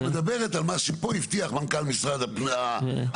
מדברת על מה שפה הבטיח מנכ"ל משרד האוצר,